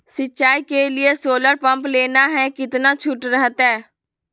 सिंचाई के लिए सोलर पंप लेना है कितना छुट रहतैय?